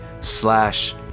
slash